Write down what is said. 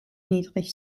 niedrig